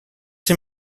him